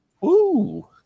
Woo